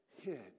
hid